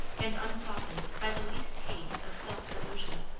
and unsoftened by the least haze of self-delusion.